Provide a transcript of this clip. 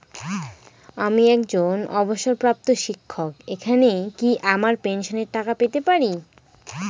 আমি একজন অবসরপ্রাপ্ত শিক্ষক এখানে কি আমার পেনশনের টাকা পেতে পারি?